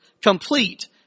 complete